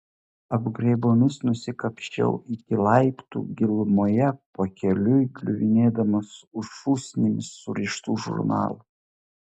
apgraibomis nusikapsčiau iki laiptų gilumoje pakeliui kliuvinėdamas už šūsnimis surištų žurnalų